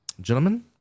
gentlemen